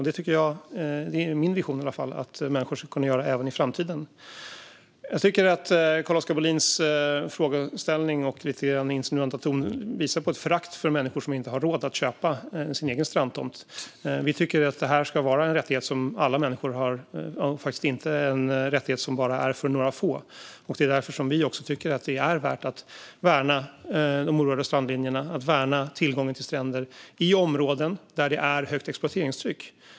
Det tycker jag - det är min vision i alla fall - att människor ska kunna göra även i framtiden. Jag tycker att Carl-Oskar Bohlins frågeställning och lite insinuanta ton visar på ett förakt för människor som inte har råd att köpa en egen strandtomt. Vi tycker att detta ska vara en rättighet för alla människor, inte bara för några få. Det är därför som vi också tycker att det är värt att värna de orörda strandlinjerna och att värna tillgången till stränder i områden där det är ett högt exploateringstryck.